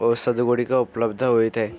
ଔଷଧ ଗୁଡ଼ିକ ଉପଲବ୍ଧ ହୋଇଥାଏ